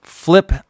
flip